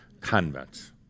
convents